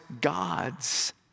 God's